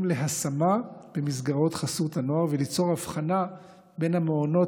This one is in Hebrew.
להשמה במסגרות חסות הנוער וליצור הבחנה בין המעונות